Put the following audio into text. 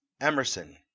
emerson